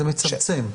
זה מצמצם.